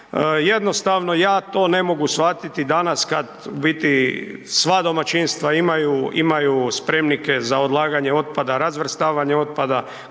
jednostavno ja to ne mogu shvatiti danas kad u biti sva domaćinstva imaju spremnike za odlaganje otpada, razvrstavanje otpada,